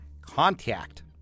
contact